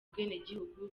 ubwenegihugu